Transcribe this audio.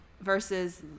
versus